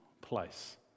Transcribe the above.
place